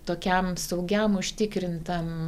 tokiam saugiam užtikrintam